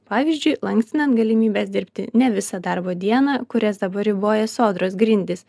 pavyzdžiui lankstinant galimybes dirbti nevisą darbo dieną kurias dabar riboja sodros grindys